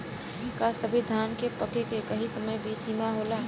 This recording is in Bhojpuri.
का सभी धान के पके के एकही समय सीमा होला?